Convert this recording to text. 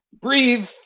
breathe